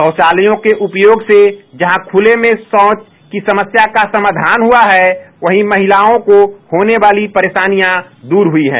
शौचालयों के उपयोग से जहां खुले में शौच की समस्या का समाधान हुआ है वहीं महिलाओं को होने वाली परेशानियां दूर हुई हैं